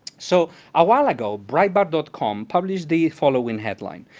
so a while ago, breitbart dot com published the following headline,